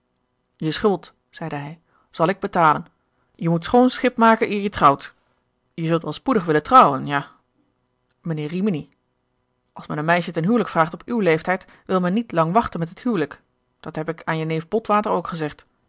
je schuld zeide hij zal ik betalen je moet schoon schip maken eer je trouwt je zult wel spoedig willen trouwen ja mijnheer rimini als men een meisje ten huwelijk vraagt op uw leeftijd wil men niet lang wachten met het huwelijk dat heb ik aan je neef botwater ook gezegd